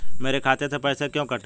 मेरे खाते से पैसे क्यों कटे?